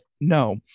No